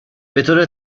بطور